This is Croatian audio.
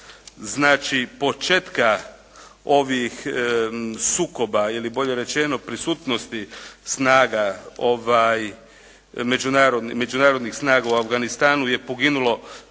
znači početka ovih sukoba ili bolje rečeno prisutnosti međunarodnih snaga u Afganistanu je poginulo